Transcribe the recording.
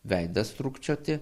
veidas trūkčioti